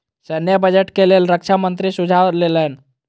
सैन्य बजट के लेल रक्षा मंत्री सुझाव लेलैन